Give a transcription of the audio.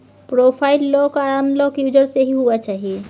profile lock आर unlock user से ही हुआ चाहिए